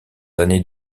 années